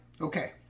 Okay